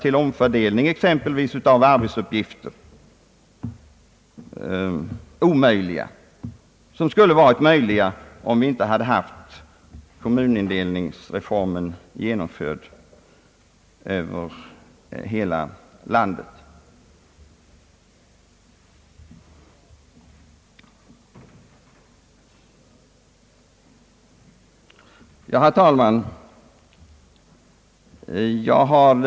Därmed omöjliggör man ju ett eventuellt genomförande av utredningens intentioner med avseende på uppgiftsfördelning och dess inverkan på kommunstorleken.